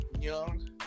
young